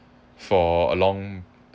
for a long